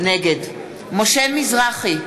נגד משה מזרחי,